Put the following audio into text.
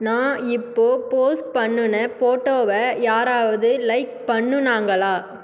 நான் இப்போ போஸ்ட் பண்ணுன போட்டோவை யாராவது லைக் பண்ணுனாங்களா